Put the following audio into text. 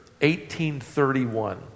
1831